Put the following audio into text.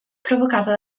provocata